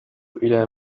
إلى